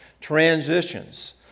Transitions